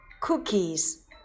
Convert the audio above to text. Cookies